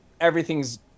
everything's